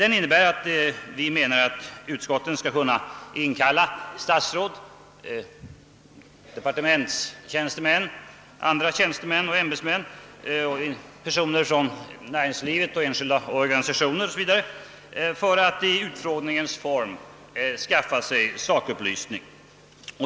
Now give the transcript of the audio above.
Vi menar att utskotten skall kunna inkalla statsråd, departementstjänstemän och andra tjänstemän, ämbetsmän och personer från näringsliv och enskilda organisationer o. s. v. för att i utfrågningens form skaffa sig sakupplysning.